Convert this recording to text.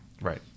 Right